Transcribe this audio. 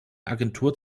agentur